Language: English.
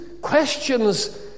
questions